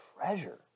treasure